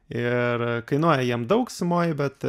ir kainuoja jiem daug sumoj bet